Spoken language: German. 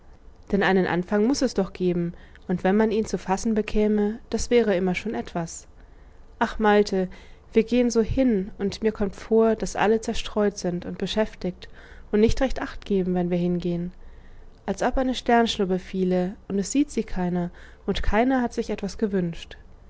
denn einen anfang muß es doch geben und wenn man ihn zu fassen bekäme das wäre immer schon etwas ach malte wir gehen so hin und mir kommt vor daß alle zerstreut sind und beschäftigt und nicht recht achtgeben wenn wir hingehen als ob eine sternschnuppe fiele und es sieht sie keiner und keiner hat sich etwas gewünscht